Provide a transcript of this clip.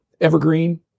evergreen